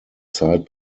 zeit